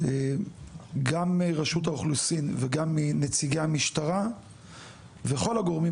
גם מרשות האוכלוסין וגם מנציגי המשטרה וכל הגורמים